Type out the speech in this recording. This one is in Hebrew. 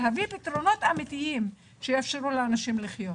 להביא פתרונות אמיתיים שיאפשרו לאנשים לחיות.